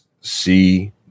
see